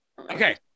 okay